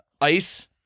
Ice